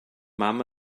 mam